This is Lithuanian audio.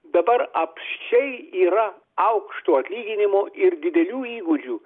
dabar apsčiai yra aukšto atlyginimo ir didelių įgūdžių